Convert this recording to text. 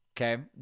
Okay